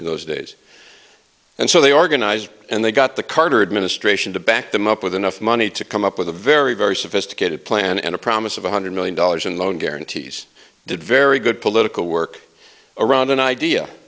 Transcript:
in those days and so they organized and they got the carter administration to back them up with enough money to come up with a very very sophisticated plan and a promise of one hundred million dollars in loan guarantees did very good political work around an idea